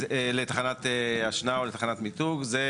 לתחנת השנעה או תחנת מיתוג זה